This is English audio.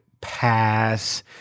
pass